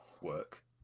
work